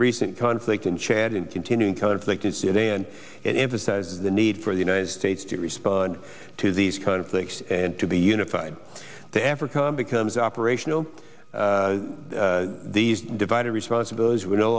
recent conflict in chad in continuing conflict in sudan and emphasize the need for the united states to respond to these conflicts and to be unified the africa becomes operational these divided responsibilities were no